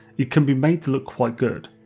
it can be made to look quite good.